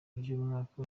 ry’umwaka